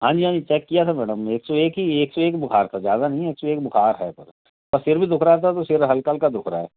हाँ जी हाँ जी चेक किया था मैडम एक सौ एक ही एक सौ एक बुखार था ज़्यादा नहीं एक सौ एक बुखार है पर सर भी दुख रहा था तो सर हल्का हल्का दुख रहा है